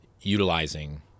utilizing